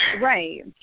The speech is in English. right